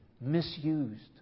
misused